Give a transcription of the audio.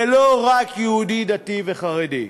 ולא רק יהודי דתי וחרדי.